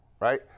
right